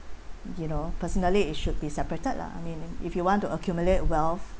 you know personally it should be separated lah I mean if you want to accumulate wealth